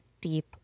deep